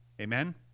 Amen